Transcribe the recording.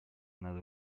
над